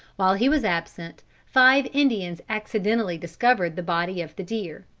while he was absent, five indians accidentally discovered the body of the deer.